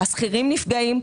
השכירים נפגעים.